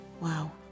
wow